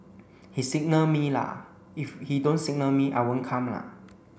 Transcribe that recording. he signal me la if he don't signal me I won't come la